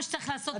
מה שצריך לעשות.